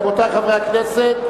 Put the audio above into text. רבותי חברי הכנסת,